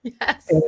Yes